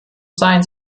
sein